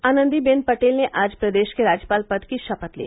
आनंदी बेन पटेल ने आज प्रदेश के राज्यपाल पद की शपथ ली